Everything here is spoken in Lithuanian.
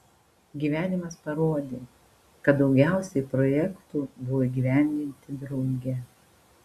gyvenimas parodė kad daugiausiai projektų buvo įgyvendinti drauge